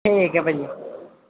ਠੀਕ ਹੈ ਭਾਅ ਜੀ